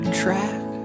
track